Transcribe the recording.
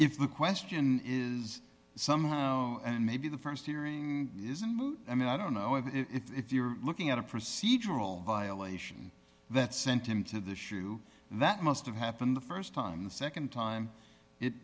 if the question is somehow and maybe the st hearing isn't moot i mean i don't know if you're looking at a procedural violation that sent him to the shoe that must have happened the st time the nd time it